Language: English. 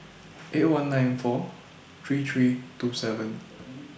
eight one nine four three three two seven